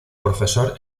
profesor